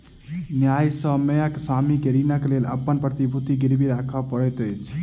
न्यायसम्यक स्वामी के ऋणक लेल अपन प्रतिभूति गिरवी राखअ पड़ैत अछि